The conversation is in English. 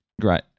Great